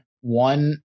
one